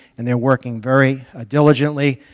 and they're working very ah diligently.